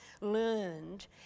learned